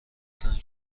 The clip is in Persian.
تنگ